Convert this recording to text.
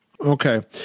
Okay